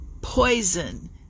poison